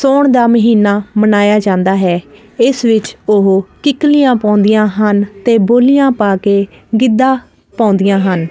ਸੋਹਣ ਦਾ ਮਹੀਨਾ ਮਨਾਇਆ ਜਾਂਦਾ ਹੈ ਇਸ ਵਿੱਚ ਉਹ ਕਿੱਕਲੀਆਂ ਪਾਉਂਦੀਆਂ ਹਨ ਤੇ ਬੋਲੀਆਂ ਪਾ ਕੇ ਗਿੱਦਾ ਪਾਉਂਦੀਆਂ ਹਨ